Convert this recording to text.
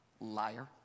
liar